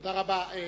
תודה רבה.